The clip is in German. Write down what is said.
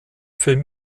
film